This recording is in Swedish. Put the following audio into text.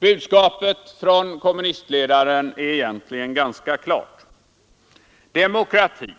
Budskapet från kommunistledaren är egentligen ganska klart: Demokrati